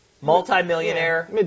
multi-millionaire